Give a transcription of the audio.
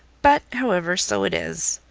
but, however, so it is.